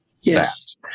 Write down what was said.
Yes